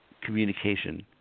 communication